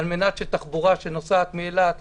על מנת שתחבורה שנוסעת מאילת לירושלים,